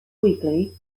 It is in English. weekly